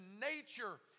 nature